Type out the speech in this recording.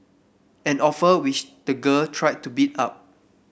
an offer which the girl tried to beat up